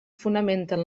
fonamenten